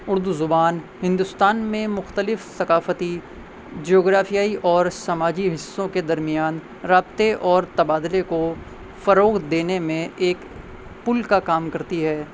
اردو زبان ہندوستان میں مختلف ثقافتی جغرافیائی اور سماجی حصوں کے درمیان رابطے اور تبادلے کو فروغ دینے میں ایک پل کا کام کرتی ہے